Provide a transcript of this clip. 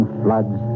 floods